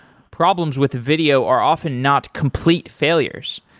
problems with video are often not complete failures.